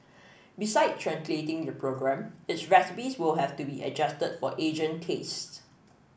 beside translating the program its recipes will have to be adjusted for Asian tastes